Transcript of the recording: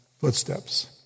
footsteps